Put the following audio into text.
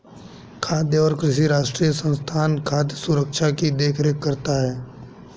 खाद्य और कृषि राष्ट्रीय संस्थान खाद्य सुरक्षा की देख रेख करता है